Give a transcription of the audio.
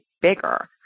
bigger